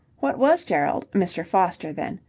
what was gerald mr. foster then?